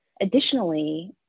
Additionally